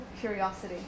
curiosity